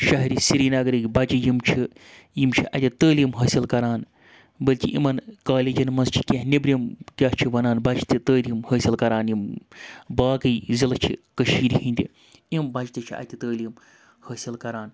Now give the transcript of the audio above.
شہری سرینَگرٕکۍ بَچہِ یِم چھِ یِم چھِ اَتہِ تعلیٖم حٲصِل کَران بٔلکہِ یِمَن کالیجَن منٛز چھِ کیٚنٛہہ نیٚبرِم کیاہ چھِ وَنان بَچہِ تہِ تٲلیٖم حٲصِل کَران یِم باقٕے ضلعہٕ چھِ کٔشیٖرِ ہِنٛدِ یِم بَچہِ تہِ چھِ اَتہِ تعلیٖم حٲصِل کَران